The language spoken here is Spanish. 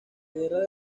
guerra